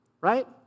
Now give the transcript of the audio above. Right